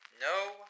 No